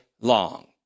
long